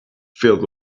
filled